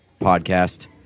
podcast